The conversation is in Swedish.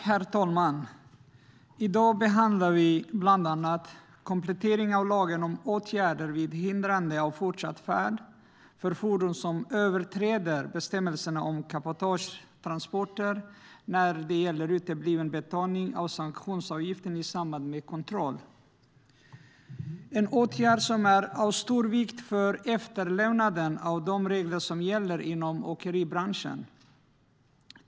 Herr talman! I dag behandlar vi bland annat en komplettering av lagen om åtgärder vid hindrande av fortsatt färd för fordon som överträder bestämmelserna om cabotagetransporter. Det gäller utebliven betalning av sanktionsavgiften i samband med kontroll. Detta är en åtgärd som är av stor vikt för efterlevnaden av de regler som gäller inom åkeribranschen.